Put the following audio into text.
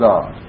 God